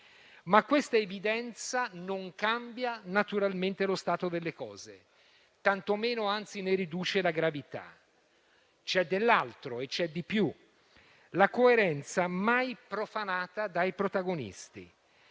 ma questa evidenza non cambia naturalmente lo stato delle cose, tanto meno anzi ne riduce la gravità. C'è dell'altro e c'è di più: la coerenza mai profanata dai protagonisti.